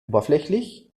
oberflächlich